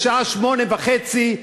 בשעה 20:30,